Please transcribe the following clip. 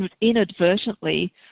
inadvertently